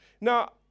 Now